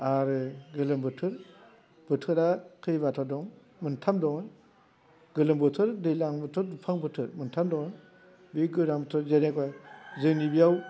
आरो गोलोम बोथोर बोथोरा खैबारथा दं मोनथाम दङ गोलोम बोथोर दैलां बोथोर दुफां बोथोर मोनथाम दं बे गोजां बोथोर जेनाखे जोंनि बियाव